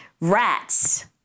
rats